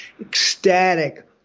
ecstatic